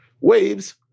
waves